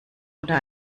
oder